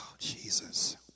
Jesus